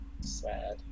Sad